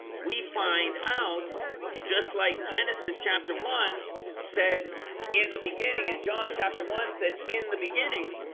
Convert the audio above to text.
we find out just like genesis chapter one said in the beginning in john chapter one said in the beginning